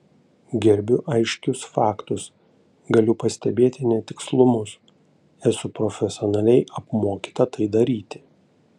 gerbiu aiškius faktus galiu pastebėti netikslumus esu profesionaliai apmokyta tai daryti